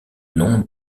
nom